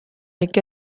яке